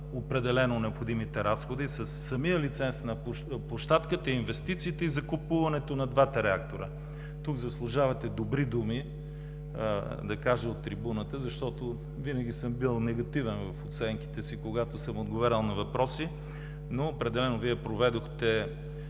направила необходимите разходи със лиценза на площадката, инвестициите и закупуването на двата реактора. Тук заслужавате добри думи – да кажа от трибуната, защото винаги съм бил негативен в оценките си, когато съм отговарял на въпроси, но определено Вие проведохте